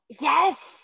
Yes